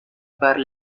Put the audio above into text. bar